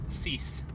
cease